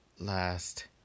last